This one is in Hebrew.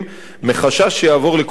מחשש שיעבור לקופה אחרת.